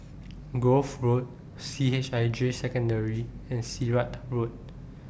Grove Road C H I J Secondary and Sirat Road